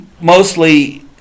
mostly